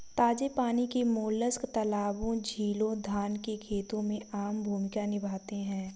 ताजे पानी के मोलस्क तालाबों, झीलों, धान के खेतों में आम भूमिका निभाते हैं